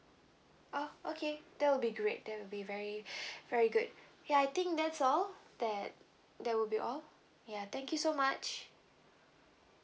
oh okay that will be great that will be very very good yeah I think that's all that that will be all yeah thank you so much